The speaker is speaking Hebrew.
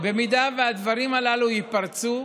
במידה שהדברים הללו ייפרצו,